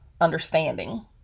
understanding